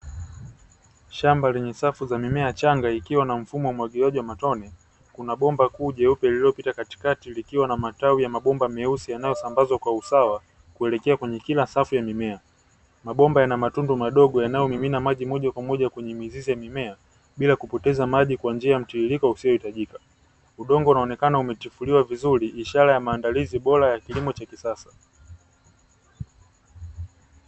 Shamba lenye safu za mimea changa, ikiwa na mfumo wa umwagiliaji wa matone, kuna bomba kuu jeupe lililopita katikati likiwa na matawi ya mabomba meusi yanayosambazwa kwa usawa, kuelekea kwenye kila safu ya mimea, mabomba yana matundu madogo yanayomimina maji moja Kwa moja kwenye mizizi ya mimea, bila kupoteza maji kwa njia ya mtiririko unaohitajika, udongo unaonekana umechipuliwa vizuri ishara ya maandalizi bora ya kilimo cha kisasa.